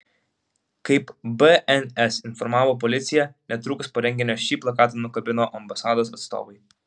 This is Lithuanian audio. kaip bns informavo policija netrukus po renginio šį plakatą nukabino ambasados atstovai